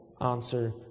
answer